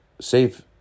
safe